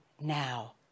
now